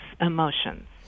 emotions